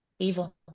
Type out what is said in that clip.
evil